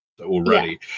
already